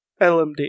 LMD